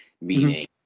meaning